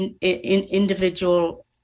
individual